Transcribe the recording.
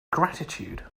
gratitude